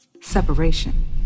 Separation